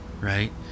right